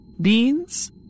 Beans